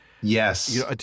Yes